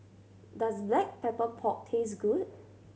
does Black Pepper Pork taste good